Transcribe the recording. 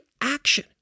action